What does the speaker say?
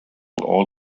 all